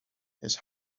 his